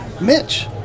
Mitch